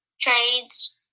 trades